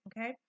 Okay